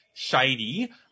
shady